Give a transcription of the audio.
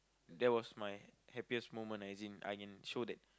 that was my happiest moment lah as in I can show that